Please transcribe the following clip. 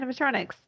animatronics